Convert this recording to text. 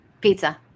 Pizza